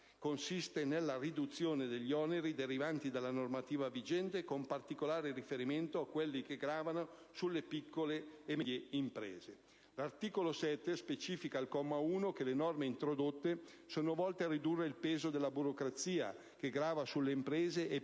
consistente nella riduzione degli oneri derivanti dalla normativa vigente, con particolare riferimento a quelli che gravano sulle piccole e medie imprese. L'articolo 7 specifica, al comma 1, che le norme introdotte sono volte a ridurre il peso della burocrazia che grava sulle imprese e